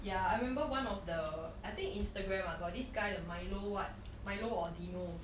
ya I remember one of the uh I think Instagram ah got this guy the Milo what Milo or Dino